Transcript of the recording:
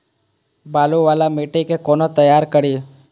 बालू वाला मिट्टी के कोना तैयार करी?